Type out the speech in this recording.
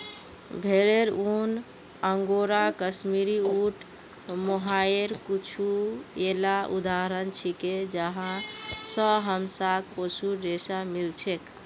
भेरेर ऊन, अंगोरा, कश्मीरी, ऊँट, मोहायर कुछू येला उदाहरण छिके जहाँ स हमसाक पशुर रेशा मिल छेक